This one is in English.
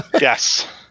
Yes